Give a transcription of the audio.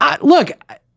Look